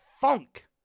funk